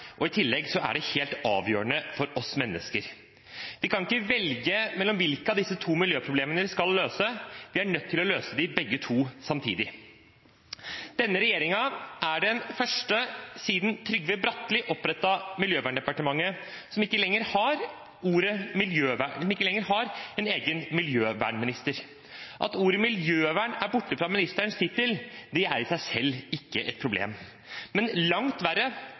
og i tillegg er det helt avgjørende for oss mennesker. Vi kan ikke velge mellom hvilke av disse to miljøproblemene vi skal løse. Vi er nødt til å løse dem begge to, samtidig. Denne regjeringen er den første siden Trygve Bratteli opprettet Miljøverndepartementet, som ikke lenger har en egen miljøvernminister. At ordet «miljøvern» er borte fra ministerens tittel, er i seg selv ikke et problem. Men langt verre